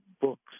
books